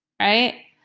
right